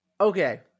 Okay